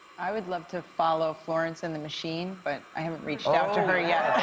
i would love to follow florence and the machine, but i haven't reached out to her yet.